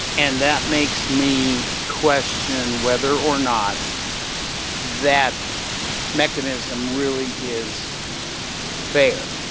and that makes me question whether or not that mechanism really is fair.